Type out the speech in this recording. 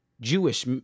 Jewish